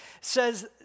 says